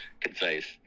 concise